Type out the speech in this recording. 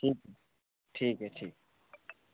जी जी ठीक है ठीक है सर